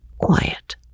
quiet